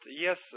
yes